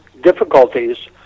difficulties